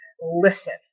listen